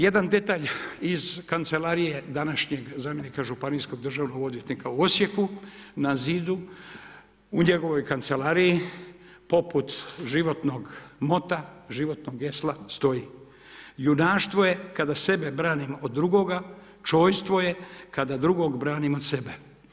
Jedan detalj iz kancelarije današnjeg zamjenika županijskog državnog odvjetnika u Osijeku, na zidu u njegovoj kancelariji poput životnog mota, životnog gesla, stoji, junaštvo je kada sebe branimo od drugoga, čojstvo je kada drugog branimo od sebe.